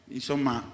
insomma